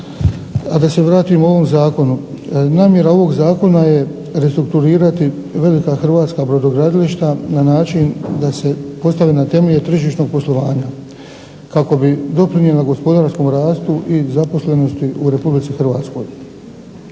Da se vratim ovom zakonu. Namjera ovog zakona je restrukturirati velika hrvatska brodogradilišta na način da se postave na temelje tržišnog poslovanja kako bi doprinijela gospodarskom rastu i zaposlenosti u RH.